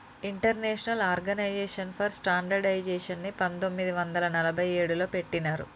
international organisation for స్టాండర్డయిజేషన్ని పంతొమ్మిది వందల నలభై ఏడులో పెట్టినరు